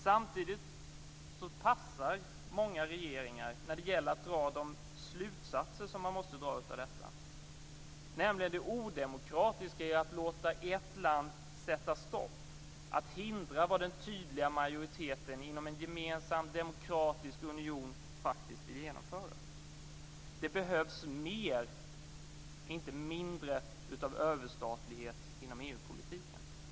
Samtidigt passar många regeringar när det gäller att dra de slutsatser som man måste dra av detta, nämligen det odemokratiska i att låta ett land sätta stopp för och hindra vad den tydliga majoriteten inom en gemensam demokratisk union faktiskt vill genomföra. Det behövs mer, inte mindre, av överstatlighet inom EU-politiken.